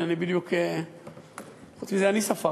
כן, אני בדיוק, חוץ מזה אני ספרתי.